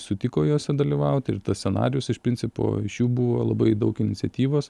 sutiko jose dalyvauti ir tas scenarijus iš principo iš jų buvo labai daug iniciatyvos